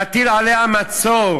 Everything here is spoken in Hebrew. להטיל עליה מצור.